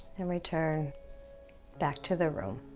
then return back to the room